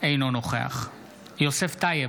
אינו נוכח יוסף טייב,